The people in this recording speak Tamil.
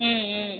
ம்ம்